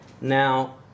Now